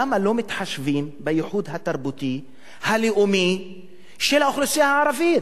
למה לא מתחשבים בייחוד התרבותי הלאומי של האוכלוסייה הערבית?